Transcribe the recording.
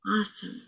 Awesome